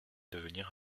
devenir